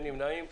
אין נמנעים.